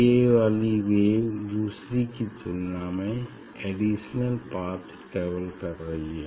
ये वाली वेव दूसरी की तुलना में एडिशनल पाथ ट्रेवल कर रही है